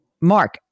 Mark